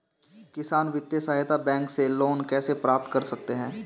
किसान वित्तीय सहायता बैंक से लोंन कैसे प्राप्त करते हैं?